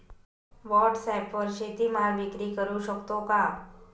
व्हॉटसॲपवर शेती माल विक्री करु शकतो का?